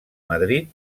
madrid